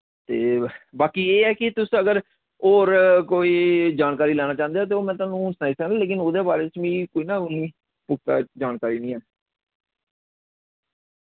ते बाकि एह् ऐ कि तुस अगर और कोई जानकारी लैना चाहंदे ते ओ में थोआनू हुन सनाई सकना लेकिन उदे बारे च मि कोई ना पुख्ता जानकारी नेईं ऐ